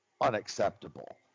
unacceptable